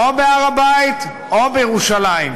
או בהר הבית או בירושלים?